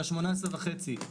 של ה-18.5%,